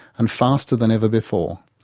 and faster than ever before.